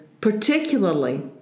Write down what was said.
particularly